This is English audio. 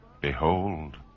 behold